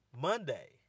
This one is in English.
Monday